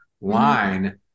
line